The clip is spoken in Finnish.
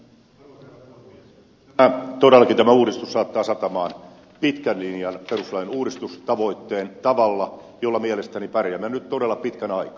todellakin tämä uudistus saattaa satamaan pitkän linjan perustuslain uudistustavoitteen tavalla jolla mielestäni pärjäämme nyt todella pitkän aikaa